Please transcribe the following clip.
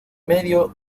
medio